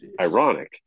ironic